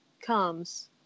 comes